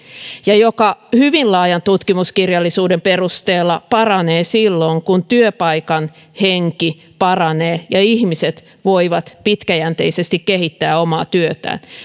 ja joka hyvin laajan tutkimuskirjallisuuden perusteella paranee silloin kun työpaikan henki paranee ja ihmiset voivat pitkäjänteisesti kehittää omaa työtään